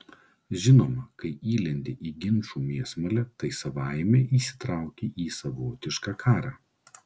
žinoma kai įlendi į ginčų mėsmalę tai savaime įsitrauki į savotišką karą